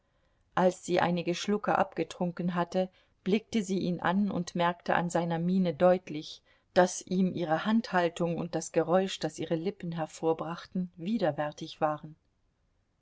als sie einige schlucke abgetrunken hatte blickte sie ihn an und merkte an seiner miene deutlich daß ihm ihre handhaltung und das geräusch das ihre lippen hervorbrachten widerwärtig waren